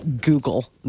Google